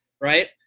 Right